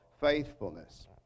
faithfulness